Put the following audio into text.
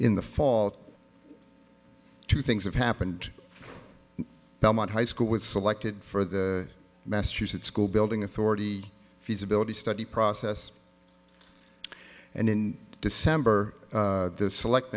in the fall two things have happened belmont high school was selected for the massachusetts school building authority feasibility study process and in december the select